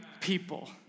people